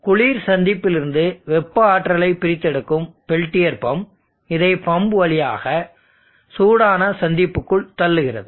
குளிர் சந்திப்பிலிருந்து வெப்ப ஆற்றலைப் பிரித்தெடுக்கும் பெல்டியர் பம்ப் இதை பம்ப் வழியாக சூடான சந்திப்புக்குள் தள்ளுகிறது